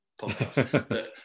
podcast